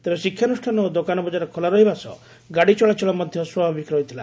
ତେବେ ଶିକ୍ଷାନୁଷ୍ଷାନ ଓ ଦୋକାନବଜାର ଖୋଲା ରହିବା ସହ ଗାଡି ଚଳାଚଳ ମଧ ସ୍ୱାଭାବିକ ରହିଥିଲା